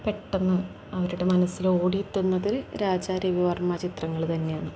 പെട്ടെന്ന് അവരുടെ മനസ്സിൽ ഓടിയെത്തുന്നത് രാജ രവിവർമ്മ ചിത്രങ്ങൾ തന്നെയാണ്